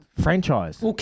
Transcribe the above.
franchise